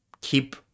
keep